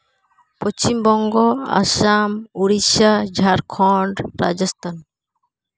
Paschimbanga Assam Orissa Jharkhand Rajasthan